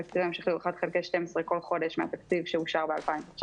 התקציב ההמשכי הוא 1 חלקי 12 מהתקציב שאושר ב-2019.